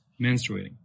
menstruating